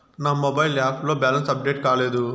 నా mobile app లో balance update కాలేదు